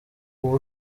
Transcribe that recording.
ubu